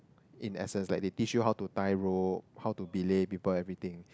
in essence like they teach you how to tie rope how to belay people everything